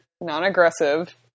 non-aggressive